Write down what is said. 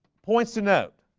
points to note